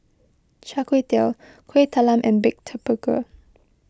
Char Kway Teow Kuih Talam and Baked Tapioca